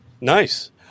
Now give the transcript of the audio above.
nice